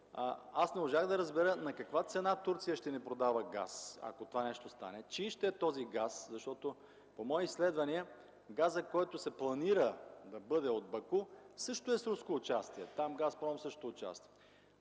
не можах да разбера: на каква цена Турция ще ни продава газ, ако това нещо стане; чий ще е този газ? По мои изследвания газът, който се планира да бъде от Баку, също е с руско участие. Там „Газпром” също участва.